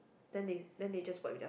then they then they just wipe their